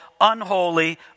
unholy